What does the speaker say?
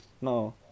No